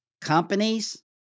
companies